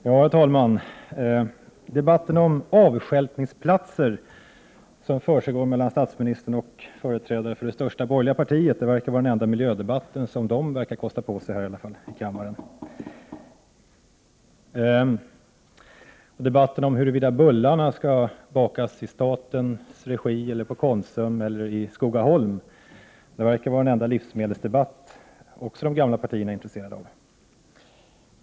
Herr talman! Debatten om avstjälpningsplatser som försiggår mellan statsministern och företrädare för det största borgerliga partiet verkar att vara den enda miljödebatt som de kostar på sig här i kammaren. Debatten om huruvida bullarna skall bakas i statens regi eller på Konsum eller i Skogaholm verkar att vara den enda livsmedelsdebatt som de gamla partierna är intresserade av.